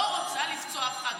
לא רוצה לפצוע אף אחד,